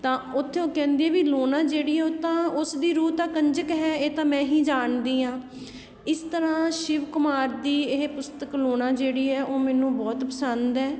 ਤਾਂ ਉੱਥੇ ਉਹ ਕਹਿੰਦੀ ਵੀ ਲੂਣਾ ਜਿਹੜੀ ਉਹ ਤਾਂ ਉਸਦੀ ਰੂਹ ਤਾਂ ਕੰਜਕ ਹੈ ਇਹ ਤਾਂ ਮੈਂ ਹੀ ਜਾਣਦੀ ਹਾਂ ਇਸ ਤਰ੍ਹਾਂ ਸ਼ਿਵ ਕੁਮਾਰ ਦੀ ਇਹ ਪੁਸਤਕ ਲੂਣਾ ਜਿਹੜੀ ਹੈ ਉਹ ਮੈਨੂੰ ਬਹੁਤ ਪਸੰਦ ਹੈ